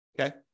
Okay